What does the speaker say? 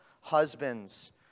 husbands